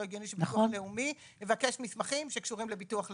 לא ייתכן שביטוח לאומי יבקש מסמכים יבקש מסמכים שקשורים לביטוח לאומי.